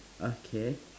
okay